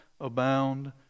abound